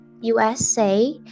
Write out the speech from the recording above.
usa